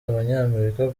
abanyamerika